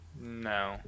No